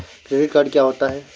Credit card क्या होता है?